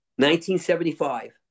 1975